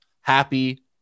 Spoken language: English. happy